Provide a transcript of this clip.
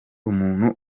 umuntu